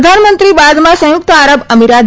પ્રધાનમંત્રી બાદમાં સંયુક્ત આરબ અમીરાત જશે